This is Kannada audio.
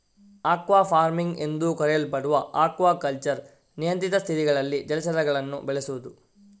ಅಕ್ವಾ ಫಾರ್ಮಿಂಗ್ ಎಂದೂ ಕರೆಯಲ್ಪಡುವ ಅಕ್ವಾಕಲ್ಚರ್ ನಿಯಂತ್ರಿತ ಸ್ಥಿತಿಗಳಲ್ಲಿ ಜಲಚರಗಳನ್ನು ಬೆಳೆಸುದು